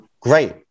great